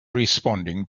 responding